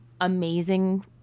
amazing